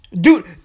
Dude